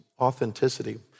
authenticity